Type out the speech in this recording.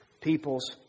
people's